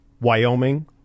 Wyoming